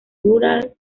rural